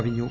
കവിഞ്ഞു